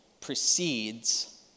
precedes